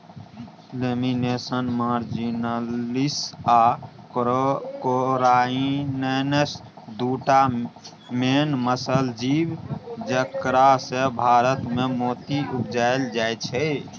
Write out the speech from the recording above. Lamellidens marginalis आ corrianus दु टा मेन मसल जीब जकरासँ भारतमे मोती उपजाएल जाइ छै